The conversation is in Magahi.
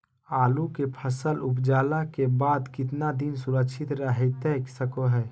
आलू के फसल उपजला के बाद कितना दिन सुरक्षित रहतई सको हय?